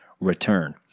return